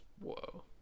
whoa